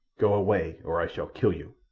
go away or i shall kill you!